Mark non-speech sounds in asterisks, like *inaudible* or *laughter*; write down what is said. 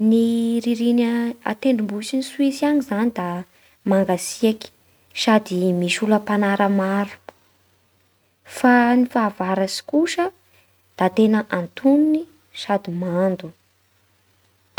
Ny ririny a *hesitation* an-tendrombohitsin'i Soisa any zany da mangatsiaky sady misy oram-panala maro. Fa ny fahavaratsy kosa da tena antognony sady mando.